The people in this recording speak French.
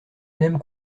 même